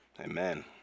Amen